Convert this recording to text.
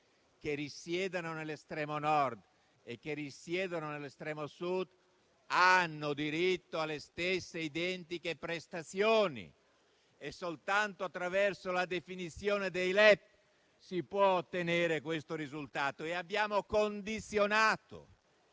che risiedano nell'estremo Nord o che risiedano nell'estremo Sud, hanno diritto alle stesse identiche prestazioni e, soltanto attraverso la definizione dei LEP, si può ottenere un tale risultato. E noi abbiamo condizionato